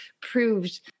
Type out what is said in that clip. proved